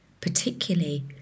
particularly